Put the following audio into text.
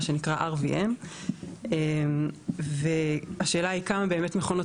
מה שנקרא RVM והשאלה היא כמה באמת מכונות